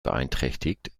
beeinträchtigt